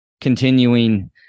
continuing